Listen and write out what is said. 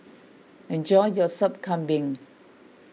enjoy your Sop Kambing